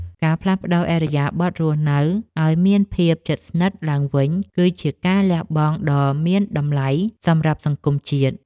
ការផ្លាស់ប្តូរឥរិយាបថរស់នៅឱ្យមានភាពស្និទ្ធស្នាលឡើងវិញ គឺជាការលះបង់ដ៏មានតម្លៃសម្រាប់សង្គមជាតិ។